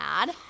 add